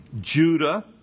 Judah